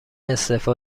استعفا